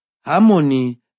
harmony